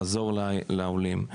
לעזור לעולים.